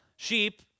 Sheep